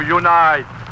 unite